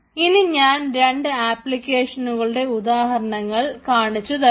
ഇനി ഞാൻ രണ്ട് ആപ്ലിക്കേഷനുകളുടെ ഉദാഹരണങ്ങൾ കാണിച്ചു തരാം